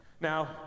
Now